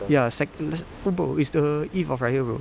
ya sec~ is no bro is the eve of raya bro